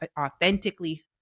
authentically